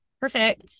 Perfect